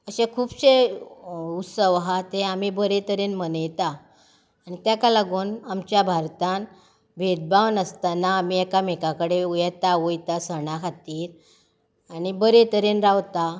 अशे खुबशे उत्सव आसा ते आमी बरे तरेन मनयता आनी ताका लागून आमच्या भारतांत भेदभाव नासतना आमी एकामेका कडेन येता वयता सणां खातीर आनी बरे तरेन रावता